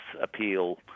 appeal